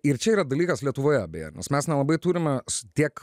ir čia yra dalykas lietuvoje beje mes nelabai turime tiek